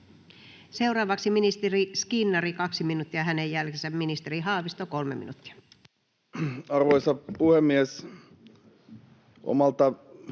Seuraavaksi ministeri Skinnari, 2 minuuttia. — Hänen jälkeensä ministeri Haavisto, 3 minuuttia. [Speech 74]